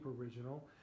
original